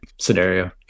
scenario